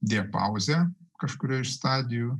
diapauzę kažkurioj iš stadijų